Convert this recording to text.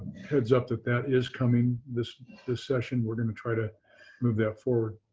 heads-up that that is coming this this session. we're going to try to move that forward.